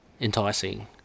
enticing